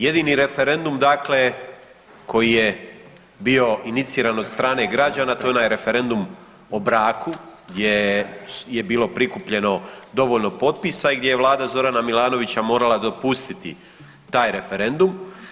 Jedini referendum dakle koji je bio iniciran od strane građana to je onaj referendum o braku gdje je bilo prikupljeno dovoljno potpisa i gdje je vlada Zorana Milanovića morala dopustiti taj referendum.